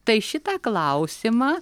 tai šitą klausimą